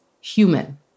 human